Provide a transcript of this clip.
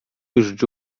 już